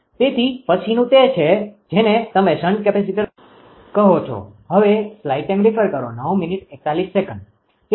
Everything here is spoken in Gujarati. તેથી પછીનું તે છે જેને તમે શન્ટ કેપેસિટર કહો છો